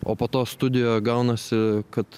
o po to studijoje gaunasi kad